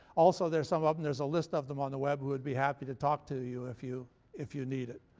also there's some of them, there's a list of them on the web who would be happy to talk to you if you if you need it.